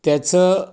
त्याचं